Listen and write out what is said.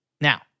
Now